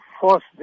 force